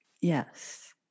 Yes